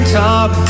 top